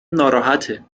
ناراحته